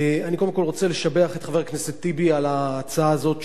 אני קודם כול רוצה לשבח את חבר הכנסת טיבי על ההצעה הזאת,